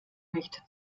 nicht